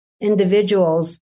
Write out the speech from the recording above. individuals